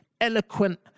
Eloquent